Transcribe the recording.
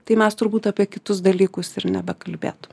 tai mes turbūt apie kitus dalykus ir nebekalbėtum